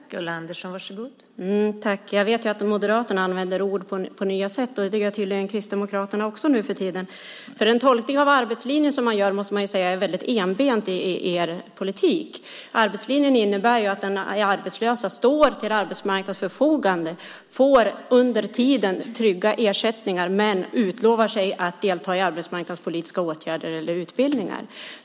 Fru talman! Jag vet att Moderaterna använder ord på nya sätt, och det gör tydligen Kristdemokraterna också nuförtiden. Den tolkning av arbetslinjen som man gör måste jag säga är väldigt enbent. Arbetslinjen innebär att de arbetslösa som står till arbetsmarknadens förfogande får trygga ersättningar under tiden men utlovar sig att delta i arbetsmarknadspolitiska åtgärder eller utbildningar.